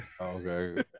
okay